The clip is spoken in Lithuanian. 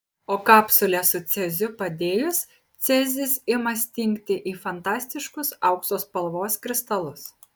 o kapsulę su ceziu padėjus cezis ima stingti į fantastiškus aukso spalvos kristalus